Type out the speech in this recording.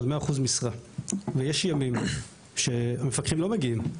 מאה אחוז משרה ויש ימים שהמפקחים לא מגיעים.